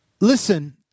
Listen